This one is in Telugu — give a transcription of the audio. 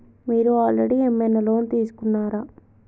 మీరు ఆల్రెడీ ఏమైనా లోన్ తీసుకున్నారా?